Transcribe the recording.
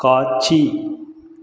காட்சி